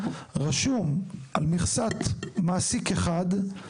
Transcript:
רשום על מכסת מעסיק אחד,